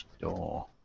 door